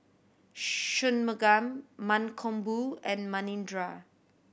Shunmugam Mankombu and Manindra